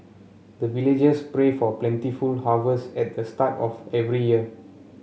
the villagers pray for plentiful harvest at the start of every year